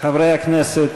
חברי הכנסת